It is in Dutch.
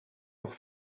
nog